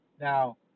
Now